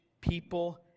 people